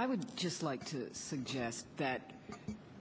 i would just like to suggest that